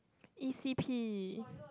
E C P